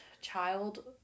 child